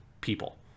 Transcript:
people